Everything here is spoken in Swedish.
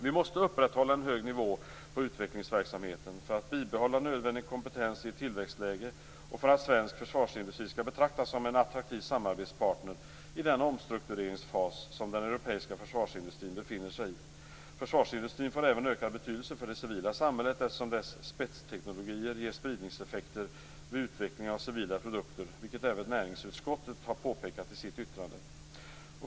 Vi måste upprätthålla en hög nivå på utvecklingsverksamheten för att bibehålla nödvändig kompetens i ett tillväxtläge och för att svensk försvarsindustri skall betraktas som en attraktiv samarbetspartner i den omstruktureringsfas som den europeiska försvarsindustrin befinner sig i. Försvarsindustrin får även ökad betydelse för det civila samhället eftersom dess spetsteknologier ger spridningseffekter vid utveckling av civila produkter, vilket även näringsutskottet påpekat i sitt yttrande.